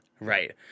right